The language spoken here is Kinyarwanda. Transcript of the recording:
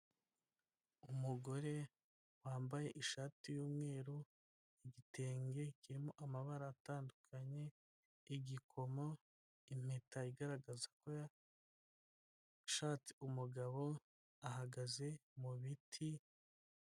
Umugore wambaye ishati y'umweru, igitenge kirimo amabara atandukanye, igikomo, impeta igaragaza ko yashatse umugabo ahagaze mu biti.